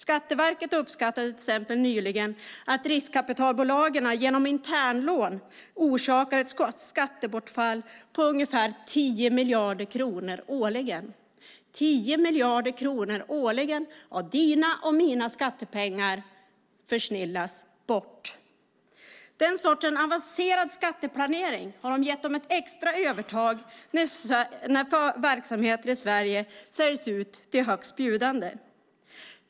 Till exempel uppskattade Skatteverket nyligen att riskkapitalbolagen genom internlån orsakar ett skattebortfall på ungefär 10 miljarder kronor årligen. 10 miljarder kronor årligen av dina och mina skattepengar försnillas. Den sortens avancerad skatteplanering har gett dem ett extra övertag när verksamheter i Sverige säljs ut till högstbjudande.